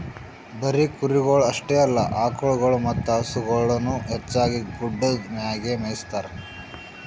ಬರೀ ಕುರಿಗೊಳ್ ಅಷ್ಟೆ ಅಲ್ಲಾ ಆಕುಳಗೊಳ್ ಮತ್ತ ಹಸುಗೊಳನು ಹೆಚ್ಚಾಗಿ ಗುಡ್ಡದ್ ಮ್ಯಾಗೆ ಮೇಯಿಸ್ತಾರ